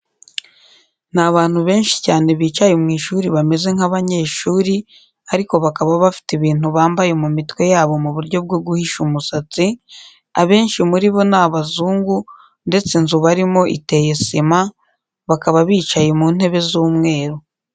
Ni abantu benshi cyane bicaye mu ishuri bameze nk'abanyeshuri ariko bakaba bafite ibintu bambaye mu mitwe yabo mu buryo bwo guhisha umusatsi, abenshi muri bo ni abazungu ndetse inzu barimo iteye sima, bakaba bicaye mu ntebe z'umweru.